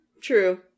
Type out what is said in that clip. True